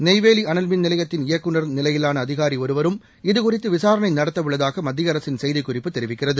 நெய்வேவி அனல் மின் நிலையத்தின் இயக்குநர் நிலையிலான அதிகாரி ஒருவரும் இது குறித்து விசாரணை நடத்த உள்ளதாக மத்திய அரசின் செய்திக்குறிப்பு தெரிவிக்கிறது